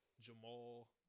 Jamal